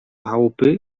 chałupy